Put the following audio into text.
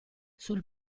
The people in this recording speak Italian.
sul